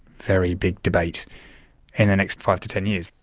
very big debate in the next five to ten years.